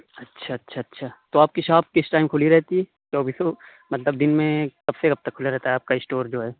اچھا اچھا اچھا تو آپ کی شاپ کس ٹائم کُھلی رہتی ہے چوبیسوں مطلب دِن میں کب سے کب تک کُھلا رہتا ہے آپ کا اسٹور جو ہے